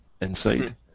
inside